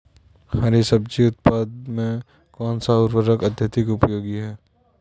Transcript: हरी सब्जी उत्पादन में कौन सा उर्वरक अत्यधिक उपयोगी है?